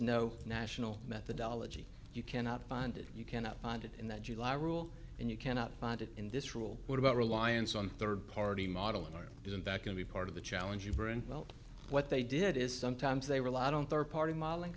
no national methodology you cannot find it you cannot find it in that july rule and you cannot find it in this rule what about reliance on third party modeling or isn't that going to be part of the challenge uber and well what they did is sometimes they relied on third party modeling